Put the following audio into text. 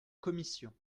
commission